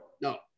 No